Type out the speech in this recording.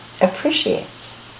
appreciates